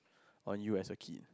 on you as a kid